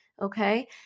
Okay